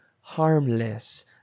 harmless